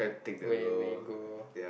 where where go